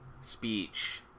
speech